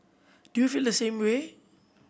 do you feel the same way